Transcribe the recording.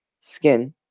skin